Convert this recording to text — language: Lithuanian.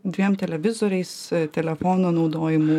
dviem televizoriais telefono naudojimu